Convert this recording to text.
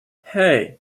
hey